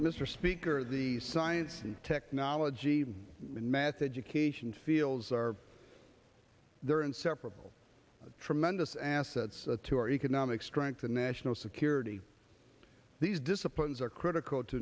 mr speaker the science and technology and math education fields are they're inseparable the tremendous assets to our economic strength and national security these disciplines are critical to